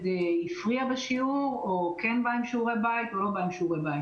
הפריע בשיעור או בא או לא עם שעורי בית.